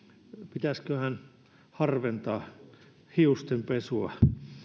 pitäisiköhän harventaa hiustenpesua